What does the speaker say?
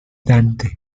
dante